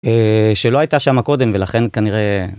שלא הייתה שמה קודם ולכן כנראה.